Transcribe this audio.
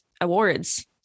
Awards